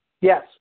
Yes